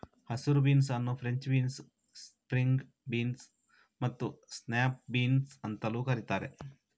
ಹಸಿರು ಬೀನ್ಸ್ ಅನ್ನು French beans, string beans ಮತ್ತು ಸ್ನ್ಯಾಪ್ ಬೀನ್ಸ್ ಅಂತಲೂ ಕರೀತಾರೆ